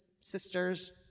sisters